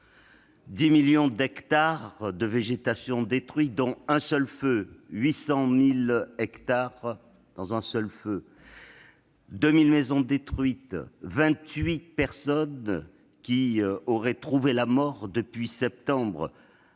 10 millions d'hectares de végétation détruits, dont 800 000 hectares dans un seul incendie ; 2 000 maisons détruites ; 28 personnes y auraient trouvé la mort depuis septembre